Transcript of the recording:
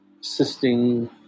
assisting